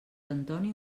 antoni